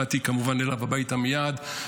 באתי כמובן אליו הביתה מייד,